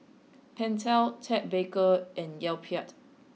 Pentel Ted Baker and Yoplait